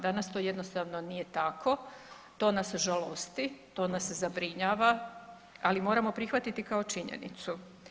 Danas to jednostavno nije tako, to nas žalosti, to nas zabrinjava, ali moramo prihvatiti kao činjenicu.